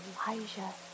Elijah